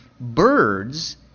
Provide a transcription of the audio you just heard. birds